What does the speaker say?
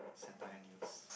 satire news